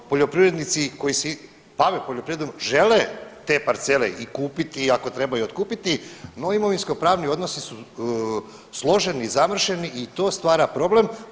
Poljoprivrednici koji se bave poljoprivredom žele te parcele i kupiti, ako treba i otkupiti, no imovinskopravni odnosi su složeni, zamršeni i to stvara problem.